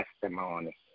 testimony